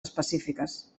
específiques